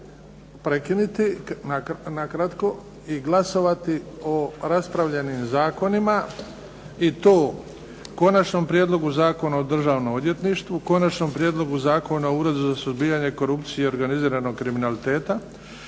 prekinuti nakratko i glasovati o raspravljenim zakonima. I to Konačnom prijedlogu Zakona o državnom odvjetništvu, Konačnom prijedlogu zakona o Uredu za suzbijanje korupcije i organiziranog kriminaliteta,